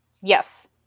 Yes